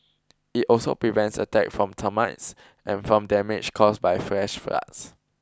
it also prevents attacks from termites and from damage caused by flash floods